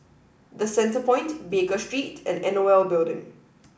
the Centrepoint Baker Street and N O L Building